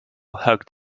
hugged